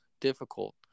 difficult